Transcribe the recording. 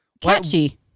catchy